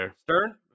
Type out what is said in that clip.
Stern